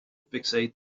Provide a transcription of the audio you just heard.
fixate